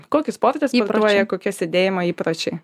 kokius sportus provokuoja kokie sėdėjimo įpročiai